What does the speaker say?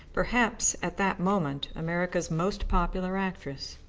perhaps at that moment america's most popular actress.